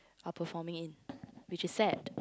are performing in which is sad